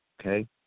okay